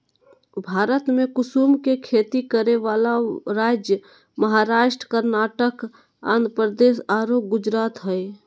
भारत में कुसुम के खेती करै वाला राज्य महाराष्ट्र, कर्नाटक, आँध्रप्रदेश आरो गुजरात हई